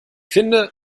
finde